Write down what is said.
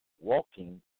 walking